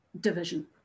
division